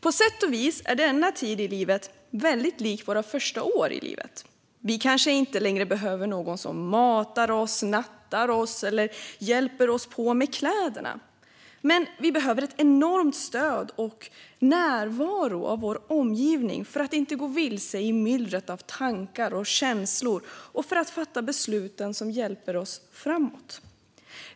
På sätt och vis är denna tid i livet väldigt lik våra första år i livet. Vi kanske inte längre behöver någon som matar oss, nattar oss eller hjälper oss på med kläderna. Men vi behöver ett enormt stöd och en närvaro av vår omgivning för att inte gå vilse i myllret av tankar och känslor och för att fatta besluten som hjälper oss framåt.